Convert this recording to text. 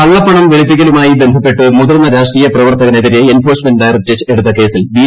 കളളപ്പണം വെളിപ്പിക്കലുമായി ബന്ധപ്പെട്ട് മുതിർ രാഷ്ട്രീയ പ്രവർത്തകനെതിരെ എൻഫോഴ്സ്മെന്റ് ഡയറക്ടറേറ്റ് എടുത്ത കേസിൽ ബി